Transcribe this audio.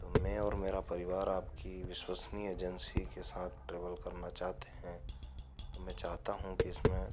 तो मैं और मेरा परिवार आपकी विश्वसनीय एजेंसी के साथ ट्रेवल करना चाहते हैं तो मैं चाहता हूँ कि इसमें